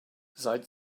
seit